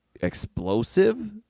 explosive